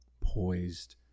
poised